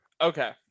Okay